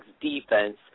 defense